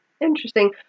Interesting